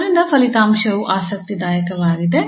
ಆದ್ದರಿಂದ ಫಲಿತಾಂಶವು ಆಸಕ್ತಿದಾಯಕವಾಗಿದೆ